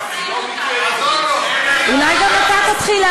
אולי תבדקו קודם, אנחנו המצאנו את זה.